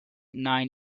nine